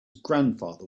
grandfather